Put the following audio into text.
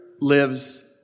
lives